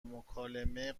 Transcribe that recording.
مکالمه